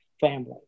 family